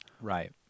right